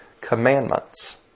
commandments